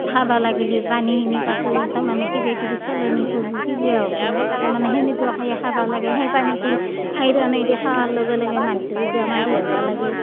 খাব লাগিলে পানীখিনি তাতো তাৰমানে কিবা কিবি চেলেনী পৰবো কিবা হ'বো তাৰমানে সেনেকুৱাকেই খাবা লাগেই সেই পানীটো আইৰণেদি খাৱাৰ লগে লগে মানহুটো বেমাৰী হ'ব লাগেই